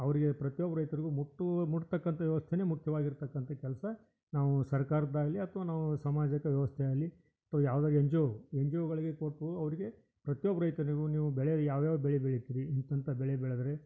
ಅವರಿಗೆ ಪ್ರತಿಯೊಬ್ಬ ರೈತರಿಗೂ ಮುಟ್ಟು ಮುಟ್ಟತಕ್ಕಂಥ ವ್ಯವಸ್ಥೇನೆ ಮುಖ್ಯವಾಗಿ ಇರತಕ್ಕಂಥ ಕೆಲಸ ನಾವು ಸರ್ಕಾರದ್ದಾಗಲಿ ಅಥವಾ ನಾವು ಸಾಮಾಜಿಕ ವ್ಯವಸ್ಥೆ ಆಗಲಿ ಅಥವಾ ಯಾವ್ದೋ N G O N G ಓಗಳಿಗೆ ಕೊಟ್ಟರೂ ಅವರಿಗೆ ಪ್ರತಿಯೊಬ್ಬ ರೈತನಿಗೂ ನೀವು ಬೆಳೆಲ್ಲಿ ಯಾವ ಯಾವ ಬೆಳೆ ಬೆಳೀತೀರಿ ಇಂತಿಂಥ ಬೆಳೆ ಬೆಳೆದರೆ